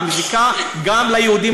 ומזיקה גם ליהודים,